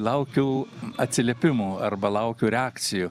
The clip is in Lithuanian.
laukiu atsiliepimo arba laukiu reakcijų